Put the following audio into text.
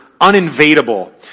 uninvadable